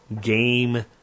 game